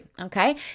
Okay